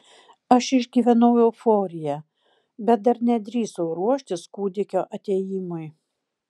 aš išgyvenau euforiją bet dar nedrįsau ruoštis kūdikio atėjimui